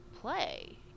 play